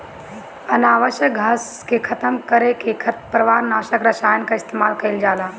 अनावश्यक घास के खतम करे में खरपतवार नाशक रसायन कअ इस्तेमाल कइल जाला